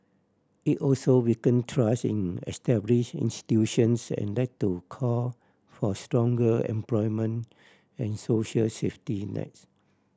it also weakened trust in established institutions and led to call for stronger employment and social safety nets